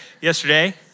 yesterday